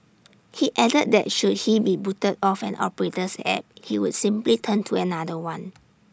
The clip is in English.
he added that should he be booted off an operator's app he would simply turn to another one